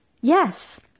Yes